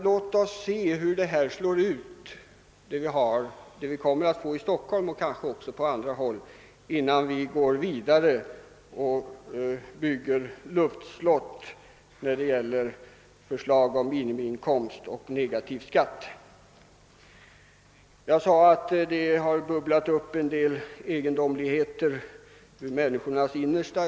Låt oss emellertid se hur det som skall prövas i Stockholm och kanske på andra håll slår ut innan vi går vidare och bygger luftslott med förslag om minimiinkomst eller negativ skatt. Jag sade att det har bubblat upp en del egendomligheter ur människornas innersta.